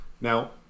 Now